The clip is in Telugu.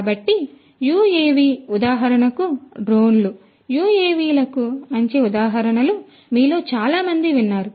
కాబట్టి యుఎవిలు ఉదాహరణకు డ్రోన్లు UAV లకు మంచి ఉదాహరణలు మీలో చాలా మంది విన్నారు